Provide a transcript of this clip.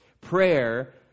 Prayer